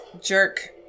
jerk